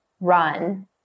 run